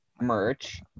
merch